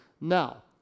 now